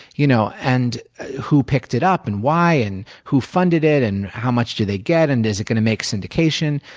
you know and who picked it up and why? and who funded it and how much did they get? and is it going to make syndication?